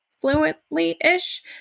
Fluently-ish